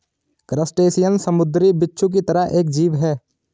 crustacean समुंद्री बिच्छू की तरह एक जीव है